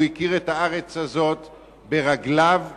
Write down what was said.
הוא הכיר את הארץ הזאת ברגליו ובדמו.